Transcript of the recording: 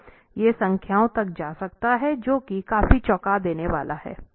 यह संख्याओं तक जा सकता है जो कि काफी चौंका देने वाला हैं